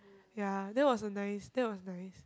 ya that was a nice that was nice